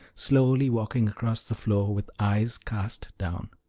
slowly walking across the floor with eyes cast down.